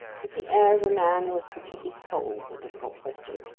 with the air of a man who has completely solved a difficult question.